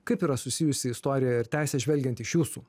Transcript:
kaip yra susijusi istorija ir teisė žvelgiant iš jūsų